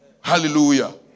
Hallelujah